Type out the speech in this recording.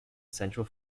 central